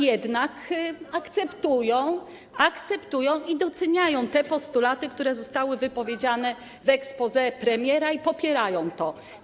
jednak akceptują i doceniają te postulaty, które zostały wypowiedziane w exposé premiera, i popierają to.